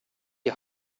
die